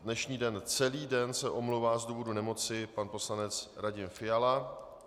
Dnešní den celý den se omlouvá z důvodu nemoci pan poslanec Radim Fiala.